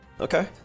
Okay